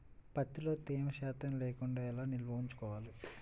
ప్రత్తిలో తేమ శాతం లేకుండా ఎలా నిల్వ ఉంచుకోవాలి?